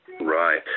Right